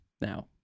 now